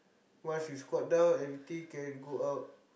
once you squat down everything can go out